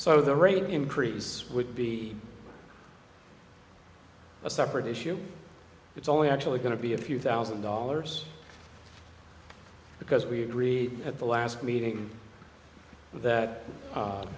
so the rate increase would be a separate issue it's only actually going to be a few thousand dollars because we agree at the last meeting that